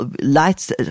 lights